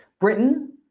Britain